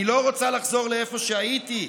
אני לא רוצה לחזור לאיפה שהייתי,